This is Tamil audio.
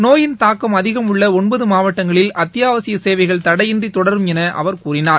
நோயின் தாக்கம் அதிகம் உள்ள ஒன்பது மாவட்டங்களில் அத்தியாவசிய சேவைகள் தடையின்றி தொடரும் என அவர் கூறினார்